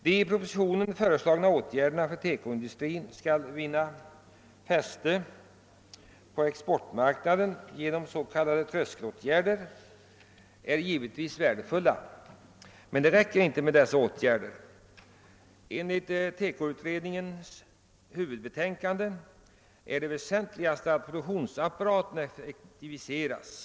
De i propositionen föreslagna åtgärderna för att TEKO-industrin skall vinna fäste på exportmarknaden — s.k. tröskelåtgärder är givetvis värdefulla. Men det räcker inte med dessa åtgärder. Enligt TEKO-utredningens huvudbetänkande är det väsentligast att produktionsapparaten effektiviseras.